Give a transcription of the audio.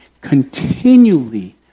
continually